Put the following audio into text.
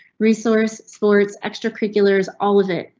resource sports extracurriculars. all of it.